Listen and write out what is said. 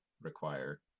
require